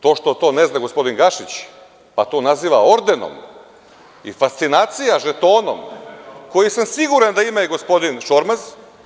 To što to ne zna gospodin Gašić pa to naziva ordenom je fascinacija žetonom za koji sam siguran da ima i gospodin Šormaz.